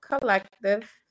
collective